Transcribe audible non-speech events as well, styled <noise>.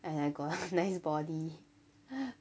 and I got <laughs> nice body